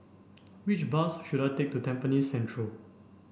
which bus should I take to Tampines Central